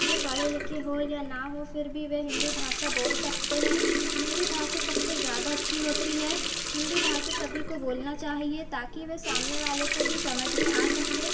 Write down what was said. जो पढ़े लिखे हो या ना हो फिर भी वे हिन्दी भासा बोल सकते हैं हिन्दी भाषा सबसे ज़ादा अच्छी होती है हिन्दी भाषा सभी को बोलना चाहिए ताकि वे सामने वाले को भी समझ में आ सके